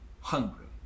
hungry